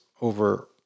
over